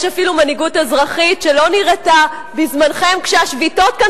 ממשלה עם חוקה.